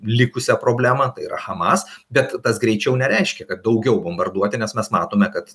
likusią problemą tai yra hamas bet tas greičiau nereiškia kad daugiau bombarduoti nes mes matome kad